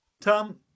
Tom